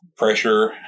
pressure